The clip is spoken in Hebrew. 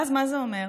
ואז, מה זה אומר?